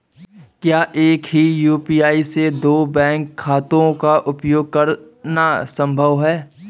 क्या एक ही यू.पी.आई से दो बैंक खातों का उपयोग करना संभव है?